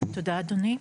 תודה אדוני.